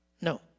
No